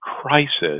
crisis